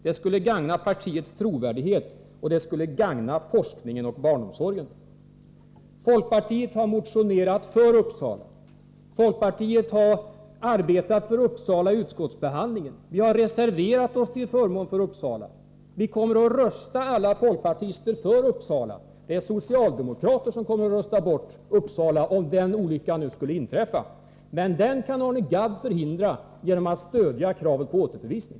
Det skulle gagna partiets trovärdighet och det skulle gagna forskningen och barnomsorgen!” Vi i folkpartiet har motionerat för Uppsala. Vi i folkpartiet har under utskottsbehandlingen arbetat för Uppsala. Vi har reserverat oss till förmån för Uppsala. Alla folkpartister kommer att rösta för Uppsala. Det är socialdemokraterna som kommer att rösta bort Uppsala, om nu den olyckan skulle inträffa. Den kan Arne Gadd emellertid förhindra genom att stödja kravet på en återförvisning.